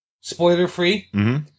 spoiler-free